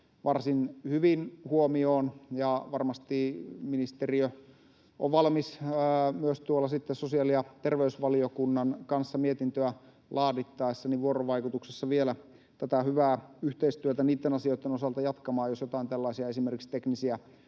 varsin hyvin huomioon. Varmasti ministeriö on valmis myös sitten vuorovaikutuksessa sosiaali- ja terveysvaliokunnan kanssa mietintöä laadittaessa vielä tätä hyvää yhteistyötä niitten asioitten osalta jatkamaan, jos esimerkiksi joitain